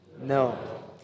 No